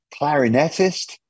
clarinetist